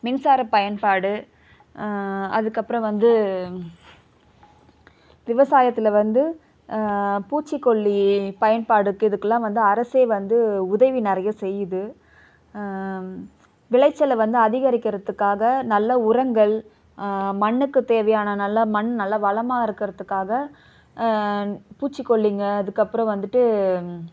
மின்சாரப்பயன்பாடு அதுக்கப்புறம் வந்து விவசாயத்தில் வந்து பூச்சிக்கொல்லி பயன்பாடுக்கு இதுக்கெலாம் வந்து அரசே வந்து உதவி நிறைய செய்யுது விளைச்சலை வந்து அதிகரிக்கிறதுக்காக நல்ல உரங்கள் மண்ணுக்கு தேவையான நல்ல மண் நல்ல வளமாக இருக்கிறதுக்காக பூச்சிக்கொல்லிங்க அதுக்கப்புறம் வந்துட்டு